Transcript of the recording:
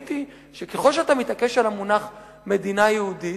ראיתי שככל שאתה מתעקש על המונח "מדינה יהודית",